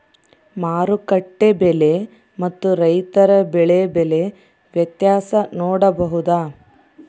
ಮಾರುಕಟ್ಟೆ ಬೆಲೆ ಮತ್ತು ರೈತರ ಬೆಳೆ ಬೆಲೆ ವ್ಯತ್ಯಾಸ ನೋಡಬಹುದಾ?